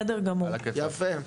יפה.